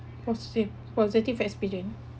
positive positive experience